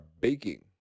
baking